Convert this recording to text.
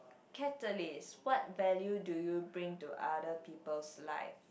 catalyst what value do you bring to other people's life